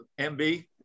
MB